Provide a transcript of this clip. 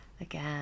Again